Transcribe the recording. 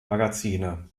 magazine